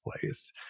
place